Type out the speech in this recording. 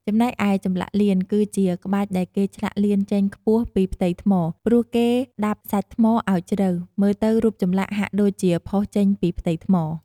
ចំណែកឯចម្លាក់លៀនគឺជាក្បាច់ដែលគេឆ្លាក់លៀនចេញខ្ពស់ពីផ្ទៃថ្ម ព្រោះគេដាប់សាច់ថ្មឱ្យជ្រៅ មើលទៅរូបចម្លាក់ហាក់ដូចជាផុសចេញពីផ្ទៃថ្ម។